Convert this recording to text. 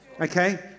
Okay